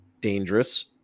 dangerous